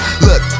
Look